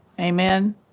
Amen